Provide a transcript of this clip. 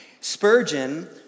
Spurgeon